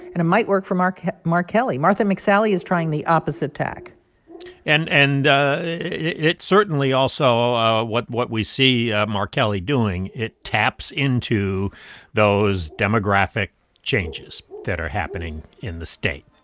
and it might work for mark mark kelly. martha mcsally is trying the opposite tack and and it certainly also what what we see ah mark kelly doing, it taps into those demographic changes that are happening in the state